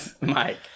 Mike